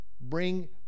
bring